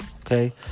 okay